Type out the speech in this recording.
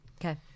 Okay